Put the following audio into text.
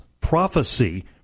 prophecy